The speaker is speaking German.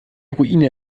ruine